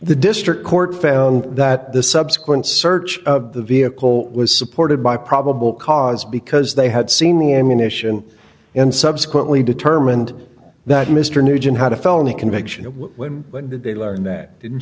the district court found that the subsequent search of the vehicle was supported by probable cause because they had seen the ammunition and subsequently determined that mr nugent had a felony conviction when they learned that didn't